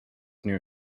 near